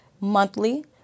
monthly